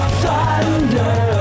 thunder